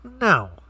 no